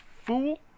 fool